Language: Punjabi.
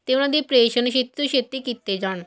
ਅਤੇ ਉਹਨਾਂ ਦੇ ਓਪਰੇਸ਼ਨ ਛੇਤੀ ਤੋਂ ਛੇਤੀ ਕੀਤੇ ਜਾਣ